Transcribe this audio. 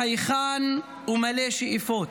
חייכן ומלא שאיפות.